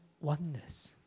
oneness